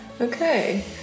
Okay